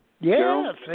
Yes